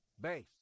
Base